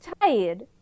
tired